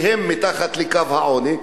שהן מתחת לקו העוני.